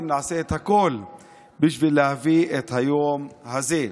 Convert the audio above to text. נעשה את הכול בשביל להביא את היום הזה.